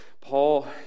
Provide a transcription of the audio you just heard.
Paul